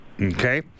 Okay